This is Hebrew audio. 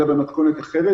אלא במתכונת אחרת.